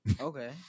Okay